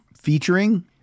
featuring